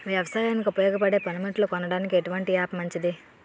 వ్యవసాయానికి ఉపయోగపడే పనిముట్లు కొనడానికి ఎటువంటి యాప్ మంచిది?